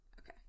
okay